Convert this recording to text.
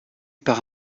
par